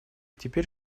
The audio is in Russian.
теперь